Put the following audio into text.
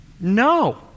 No